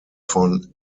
von